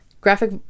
Graphic